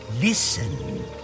Listen